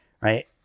right